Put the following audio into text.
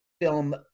film